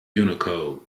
unicode